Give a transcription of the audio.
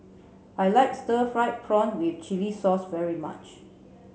I like stir fried prawn with chili sauce very much